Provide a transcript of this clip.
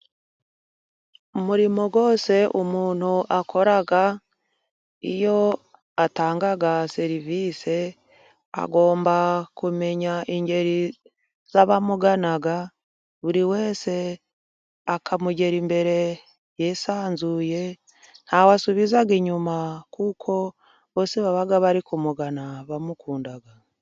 Umurimo wose umuntu akora iyo atanga serivisi agomba kumenya ingeri z'abamuganaga buri wese akamugera imbere yisanzuye. Ntawe asubiza inyuma kuko bose baba bari kumugana bamukunda.